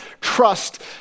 trust